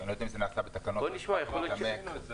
אני לא יודע אם זה נעשה בתקנות --- עשינו את זה.